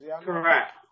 Correct